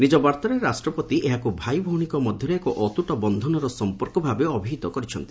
ନିଜ ବାର୍ଭାରେ ରାଷ୍ଟପତି ଏହାକୁ ଭାଇଭଉଣୀଙ୍କ ମଧ୍ୟରେ ଏକ ଅତ୍ରଟ ବନ୍ଧନର ସଂପର୍କ ଭାବେ ଅଭିହିତ କରିଛନ୍ତି